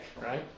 right